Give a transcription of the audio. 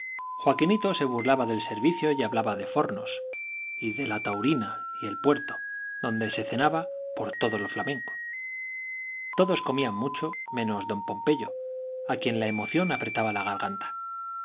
chistes joaquinito se burlaba del servicio y hablaba de fornos y de la taurina y el puerto donde se cenaba por todo lo flamenco todos comían mucho menos don pompeyo a quien la emoción apretaba la garganta